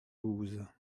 douze